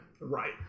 Right